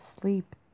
sleep